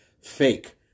fake